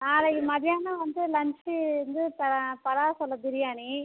நாளைக்கு மதியானம் வந்து லஞ்ச் வந்து பலா சொள பிரியாணி